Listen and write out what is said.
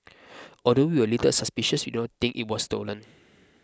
although we were a little suspicious we did it was stolen